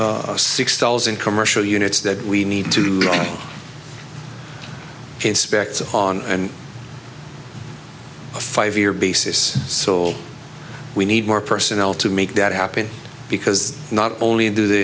thousand commercial units that we need to inspect on and a five year basis so we need more personnel to make that happen because not only do the